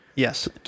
Yes